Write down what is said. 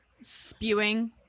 spewing